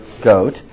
goat